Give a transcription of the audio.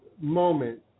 moment